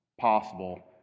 possible